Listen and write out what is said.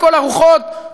לכל הרוחות,